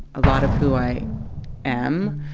a lot of who i am.